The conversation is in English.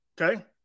Okay